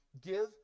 Give